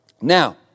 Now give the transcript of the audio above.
Now